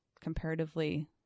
comparatively